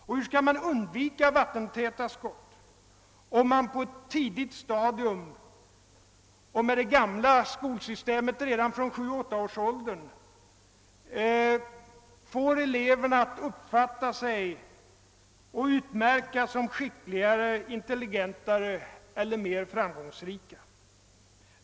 Och hur skall man undvika sådana vattentäta skott, om man på ett tidigt stadium — med det gamla skolsystemet redan från sju-—åtta-årsåldern — får elever att uppfatta sig och utmärka sig som skickligare, intelligentare och mer framgångsrika?